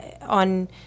on